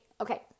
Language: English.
Okay